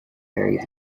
very